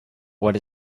what